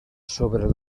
sobre